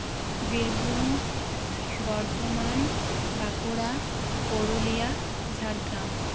Birbhum Bardhaman Bankura Purulia Jhargram